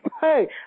hey